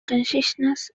consciousness